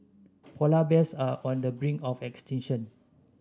polar bears are on the brink of extinction